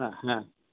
হ্যাঁ হ্যাঁ